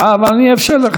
עוד אחד זה לא יהיה,